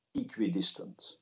equidistant